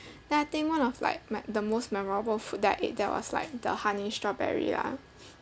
then I think one of like my the most memorable food that I ate that was like the honey strawberry lah